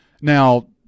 Now